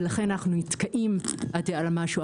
ולכן אנחנו נתקעים על משהו.